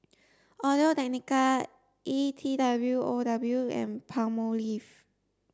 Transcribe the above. Audio Technica E T W O W and Palmolive